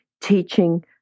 teaching